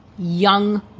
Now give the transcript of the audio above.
young